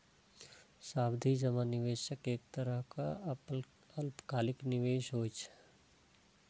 सावधि जमा निवेशक एक तरहक अल्पकालिक निवेश होइ छै